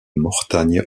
mortagne